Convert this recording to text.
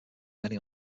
many